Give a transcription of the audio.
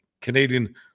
Canadian